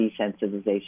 Desensitization